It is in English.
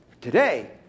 Today